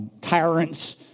tyrants